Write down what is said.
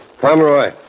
Pomeroy